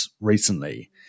recently